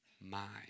mind